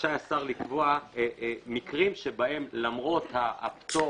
רשאי השר לקבוע מקרים שבהם למרות הפטור